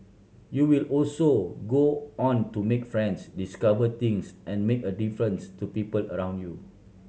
you will also go on to make friends discover things and make a difference to people around you